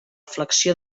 flexió